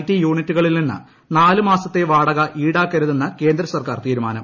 T യൂണിറ്റുകളിൽ നിന്ന് നാല് മാസത്തെ വാടക ഈടാക്കേണ്ടെന്ന് കേന്ദ്രസർക്കാർ തീരുമാനം